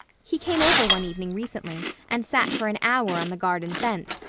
he came over one evening recently and sat for an hour on the garden fence,